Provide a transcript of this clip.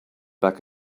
back